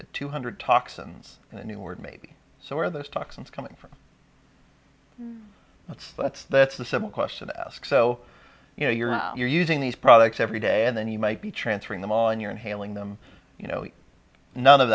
had two hundred toxins and a new word maybe so were those toxins coming from that's that's that's the simple question i ask so you know you're you're using these products every day and then you might be transferring them on you're inhaling them you know none of